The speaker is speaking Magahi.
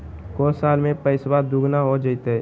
को साल में पैसबा दुगना हो जयते?